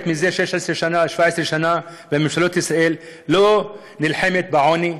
זה 17-16 שנה בממשלות ישראל לא נלחמת בעוני,